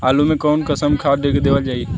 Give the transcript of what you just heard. आलू मे कऊन कसमक खाद देवल जाई?